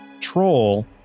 troll